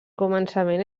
començament